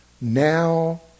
now